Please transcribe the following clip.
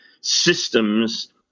systems